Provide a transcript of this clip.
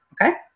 Okay